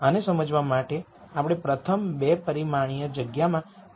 આને સમજવા માટે આપણે પ્રથમ આ ૨ પરિમાણીય જગ્યામાં આ શરતને રજૂ કરીને પ્રારંભ કરીએ છીએ